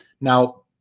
Now